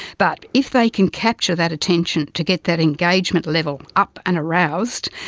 but if they can capture that attention, to get that engagement level up and aroused,